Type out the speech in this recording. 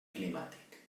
climàtic